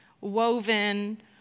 woven